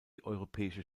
europäische